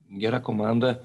gera komanda